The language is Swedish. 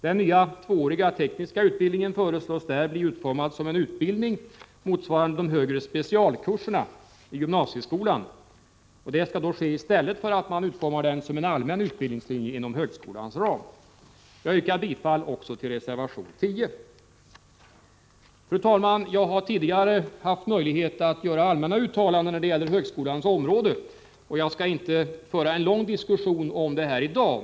Den nya tvååriga tekniska utbildningen föreslås där bli utformad som en utbildning motsvarande de högre specialkurserna i gymnasieskolan; detta i stället för att utforma den såsom en allmän utbildningslinje inom högskolans ram. Jag yrkar bifall också till reservation 10. Fru talman! Jag har tidigare haft möjlighet att göra allmänna uttalanden när det gäller högskoleområdet och skall inte föra en lång diskussion om detta ämne i dag.